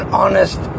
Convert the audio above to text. honest